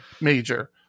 major